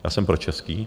Já jsem pročeský.